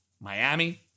Miami